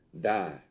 die